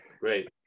great